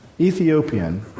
Ethiopian